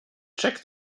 check